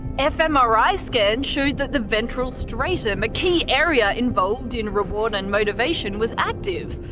fmri scans showed that the ventral straitum, a key area involved in reward and motivation was active.